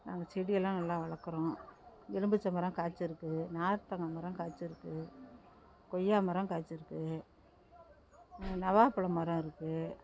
நாங்கள் செடியெல்லாம் நல்லா வளக்கிறோம் எலும்பிச்சை மரம் காய்ச்சிருக்கு நார்த்தங்காய் மரம் காய்ச்சிருக்கு கொய்யா மரம் காய்ச்சிருக்கு நவாப்பழமரம் இருக்குது